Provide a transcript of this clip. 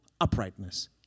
uprightness